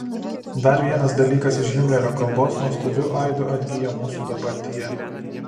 dar vienas dalykas iš himlerio kalbos nuostabiu aidu atgyja mūsų dabartyje